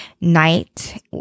night